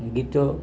ଗୀତ